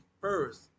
first